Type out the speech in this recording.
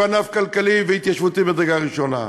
שהוא ענף כלכלי והתיישבותי ממדרגה ראשונה.